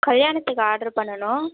கல்யாணத்துக்கு ஆர்டர் பண்ணணும்